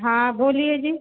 हाँ बोलिए जी